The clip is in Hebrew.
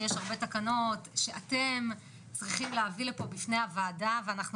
שיש הרבה תקנות שאתם צריכים להביא לפה בפני הוועדה ואנחנו